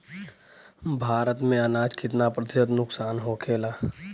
भारत में अनाज कितना प्रतिशत नुकसान होखेला?